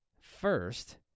First